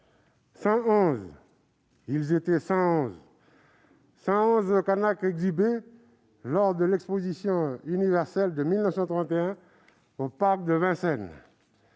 ils étaient 111 : 111 Kanaks exhibés lors de l'exposition universelle de 1931 au parc de Vincennes.